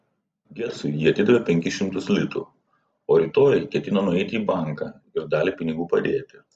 gecui ji atidavė penkis šimtus litų o rytoj ketino nueiti į banką ir dalį pinigų padėti